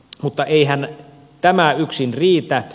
mutta eihän tämä yksin riitä